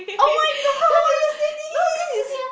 oh-my-god why you say this